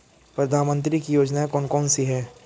प्रधानमंत्री की योजनाएं कौन कौन सी हैं?